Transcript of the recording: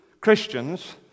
Christians